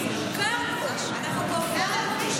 אנחנו קופאות.